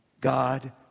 God